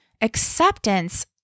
acceptance